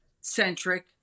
centric